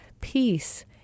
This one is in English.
peace